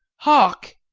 hark!